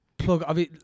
Plug